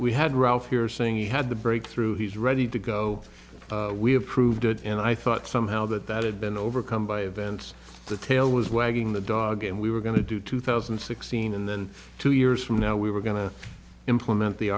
we had ralph here saying he had the breakthrough he's ready to go we have proved it and i thought somehow that that had been overcome by events the tail was wagging the dog and we were going to do two thousand and sixteen and then two years from now we were going to implement the